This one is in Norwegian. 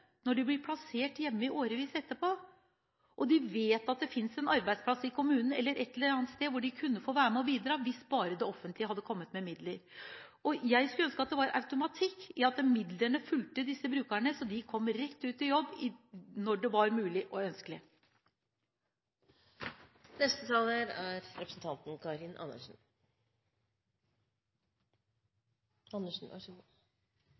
når de blir plassert hjemme i årevis etterpå, og de samtidig vet at det finnes en arbeidsplass i kommunen eller et eller annet sted hvor de kunne være med og bidra hvis bare det offentlige hadde kommet med midler. Jeg skulle ønske at det var automatikk i at stønadsmidlene fulgte disse brukerne så de kom rett ut i jobb når det var mulig og ønskelig. Jeg føler bare behov for å minne representanten